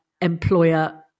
employer